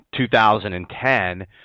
2010